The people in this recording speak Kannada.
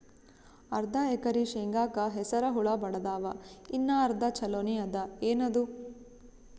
ಅರ್ಧ ಎಕರಿ ಶೇಂಗಾಕ ಹಸರ ಹುಳ ಬಡದಾವ, ಇನ್ನಾ ಅರ್ಧ ಛೊಲೋನೆ ಅದ, ಏನದು?